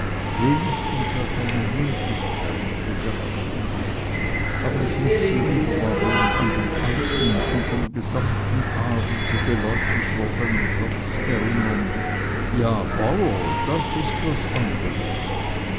wenigstens als eine möglichkeit gewärtigen aber muß ich sie lieber baron an den alten unserm gesamten adel so geläufig gewordenen satz erinnern ja bauer das ist was an